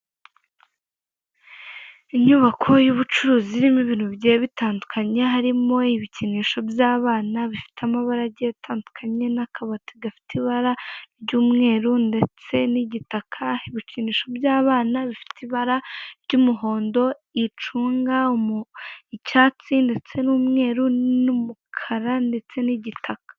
Inyubako y'ubucuruzi irimo ibintu bigiye bitandukanye, harimo ibikinisho by'abana bifite amabara agiye atandukanye, n'akabati gafite ibara ry'umweru, ndetse n'igitaka, ibikinisho by'abana bifite ibara ry'umuhondo, icunga, icyatsi, ndetse n'umweru n'umukara ndetse n'igitaka.